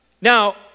Now